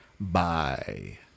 bye